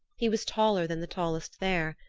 he was taller than the tallest there,